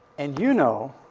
and you know